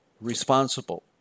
responsible